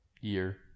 Year